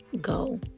go